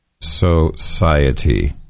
Society